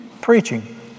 preaching